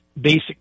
basic